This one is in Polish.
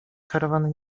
karawany